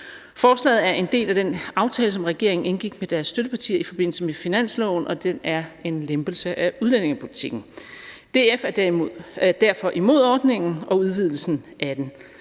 Forslaget er en del af den aftale, som regeringen indgik med deres støttepartier i forbindelse med finansloven, og den er en lempelse af udlændingepolitikken. DF er derfor imod ordningen og udvidelsen af den.